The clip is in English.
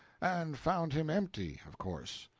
and found him empty, of course.